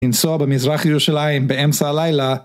לנסוע במזרח ירושלים באמצע הלילה